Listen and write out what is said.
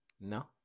No